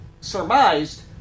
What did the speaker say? surmised